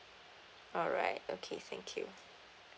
alright okay thank you